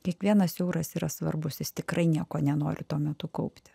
kiekvienas euras yra svarbus jis tikrai nieko nenori tuo metu kaupti